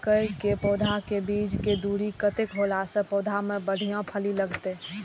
मके के पौधा के बीच के दूरी कतेक होला से पौधा में बढ़िया फली लगते?